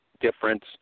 difference